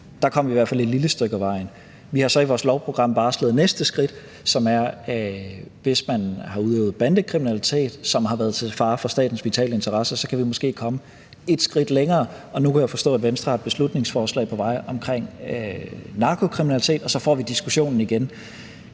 Der kom vi i hvert fald et lille stykke ad vejen. Vi har så i vores lovprogram varslet næste skridt, som går på folk, der har udøvet bandekriminalitet, som har været til fare for statens vitale interesser, og så kan vi måske komme et skridt længere, og nu kan jeg forstå, at Venstre er på vej med et beslutningsforslag om narkokriminalitet, og så får vi diskussionen igen.